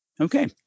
okay